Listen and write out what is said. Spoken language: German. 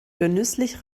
genüsslich